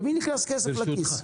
למי נכנס כסף לכיס?